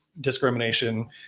discrimination